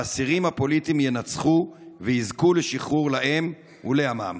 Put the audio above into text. האסירים הפוליטיים ינצחו ויזכו לשחרור להם ולעמם.